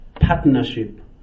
partnership